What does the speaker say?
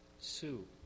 Sue